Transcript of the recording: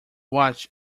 watch